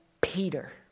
Peter